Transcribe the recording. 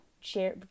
share